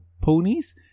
ponies